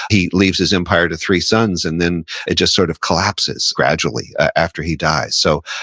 he leaves his empire to three sons, and then it just sort of collapses gradually after he dies. so,